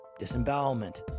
disembowelment